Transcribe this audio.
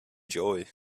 joy